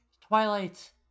Twilight